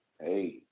Hey